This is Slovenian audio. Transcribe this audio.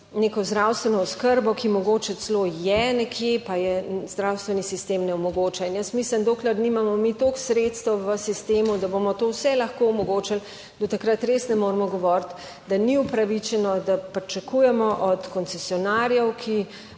neko zdravstveno oskrbo, ki mogoče celo je nekje, pa je zdravstveni sistem ne omogoča. In jaz mislim, dokler nimamo mi toliko sredstev v sistemu, da bomo to vse lahko omogočili, da takrat res ne moremo govoriti, da ni upravičeno, da pričakujemo od koncesionarjev, ki